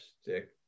stick